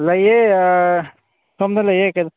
ꯂꯩꯌꯦ ꯁꯣꯝꯗ ꯂꯩꯌꯦ ꯀꯩꯅꯣ